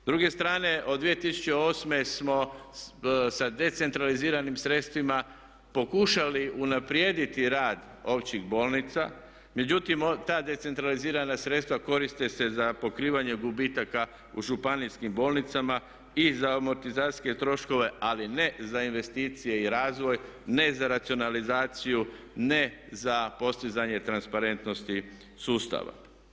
S druge strane od 2008. smo sa decentraliziranim sredstvima pokušali unaprijediti rad općih bolnica, međutim ta decentralizirana sredstva koriste se za pokrivanje gubitaka u županijskim bolnicama i za amortizacijske troškove ali ne za investicije i razvoj, ne za racionalizaciju, ne za postizanje transparentnosti sustava.